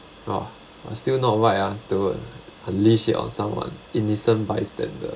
!wah! but still not right ah to unleash it on someone innocent bystander